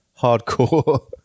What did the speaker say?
hardcore